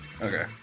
Okay